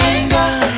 Anger